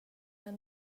med